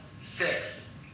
six